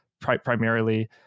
primarily